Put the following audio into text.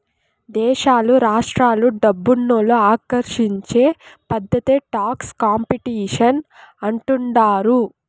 దేశాలు రాష్ట్రాలు డబ్బునోళ్ళు ఆకర్షించే పద్ధతే టాక్స్ కాంపిటీషన్ అంటుండారు